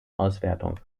auswertung